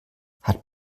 hat